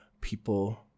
people